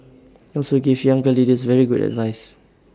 also gave younger leaders very good advice